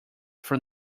from